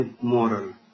moral